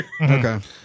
okay